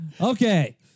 Okay